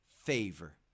favor